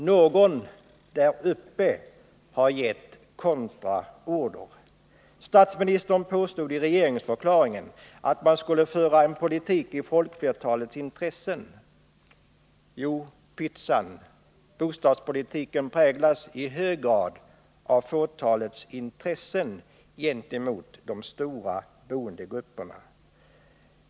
Någon där uppe hade gett kontraorder. Statsministern påstod i regeringsförklaringen att man skulle föra en politik i folkflertalets intresse — jo, pyttsan! Bostadspolitiken präglas i hög grad av fåtalets intressen gentemot de stora boendegrupperna.